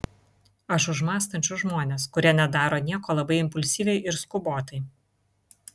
aš už mąstančius žmones kurie nedaro nieko labai impulsyviai ir skubotai